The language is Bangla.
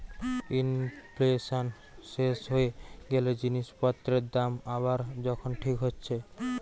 ইনফ্লেশান শেষ হয়ে গ্যালে জিনিস পত্রের দাম আবার যখন ঠিক হচ্ছে